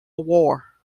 war